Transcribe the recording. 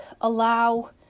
allow